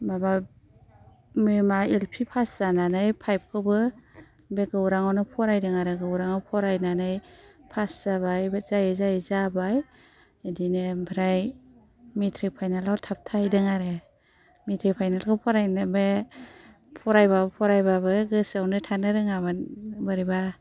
माबा बे मा एल पि पास जानानै फाइफखौबो बे गौराङावनो फरायदों आरो गौराङाव फरायनानै पास जाबाय जायै जायै जाबाय बिदिनो ओमफ्राय मेट्रिक फाइनालाव थाबथाहैदों आरो मेट्रिक फाइनालखौ फरायनो बे फरायबाबो फरायबाबो गोसोआवनो थानो रोङामोन बोरैबा